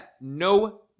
no